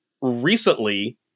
recently